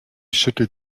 schüttelt